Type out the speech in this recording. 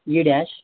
a dash